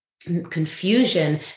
confusion